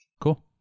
Cool